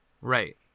Right